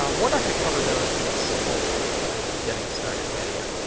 um we're not going to cover those in the simple kind of getting started video.